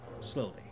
slowly